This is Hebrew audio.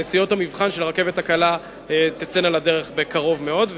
נסיעות המבחן של הרכבת הקלה תצאנה לדרך בקרוב מאוד.